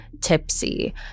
Tipsy